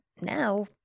now